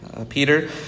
Peter